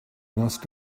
must